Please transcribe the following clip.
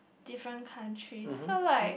different country so like